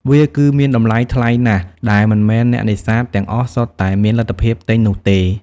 វាគឺមានតម្លៃថ្លៃណាស់ដែលមិនមែនអ្នកនេសាទទាំងអស់សុទ្ធតែមានលទ្ធភាពទិញនោះទេ។